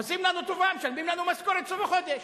עושים לנו טובה, משלמים לנו משכורת בסוף החודש.